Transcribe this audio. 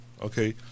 Okay